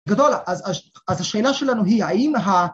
‫גדול, אז השאלה שלנו היא האם ה...